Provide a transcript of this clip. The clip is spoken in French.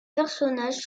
personnages